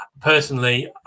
personally